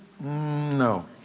No